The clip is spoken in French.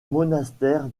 monastère